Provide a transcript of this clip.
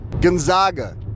Gonzaga